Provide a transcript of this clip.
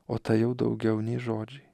o tai jau daugiau nei žodžiai